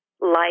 light